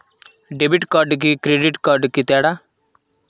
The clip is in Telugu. డెబిట్ కార్డుకి క్రెడిట్ కార్డుకి తేడా?